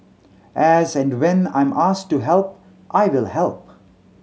as and when I'm asked to help I will help